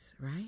right